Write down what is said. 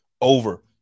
over